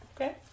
Okay